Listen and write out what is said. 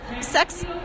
sex